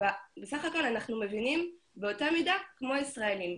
בסך הכול אנחנו מבינים באותה מידה כמו הישראלים,